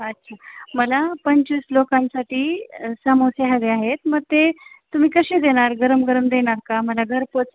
अच्छा मला पंचवीस लोकांसाठी समोसे हवे आहेत मग ते तुम्ही कसे देणार गरम गरम देणार का मला घरपोच